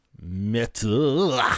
metal